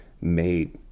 made